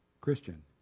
Christian